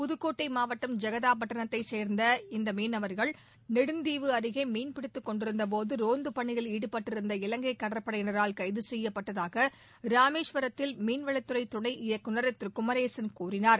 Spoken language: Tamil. புதுக்கோட்டை மாவட்டம் ஐகதாப் பட்டணத்தைச் சேர்ந்த இந்த மீனவர்கள் நெடுந்தீவு அருகே மீன் பிடித்துக் கொண்டிருந்தபோது ரோந்து பணியில் ஈடுபட்டிருந்த இலங்கை கடற்படையினரால் கைது செய்யப்பட்டதாக ராமேஸ்வரத்தில் மீன்வளத் துணை இயக்குநர் திரு குமரேசன் கூறினார்